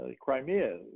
Crimea